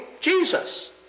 Jesus